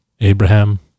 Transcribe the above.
Abraham